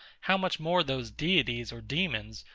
how much more those deities or demons,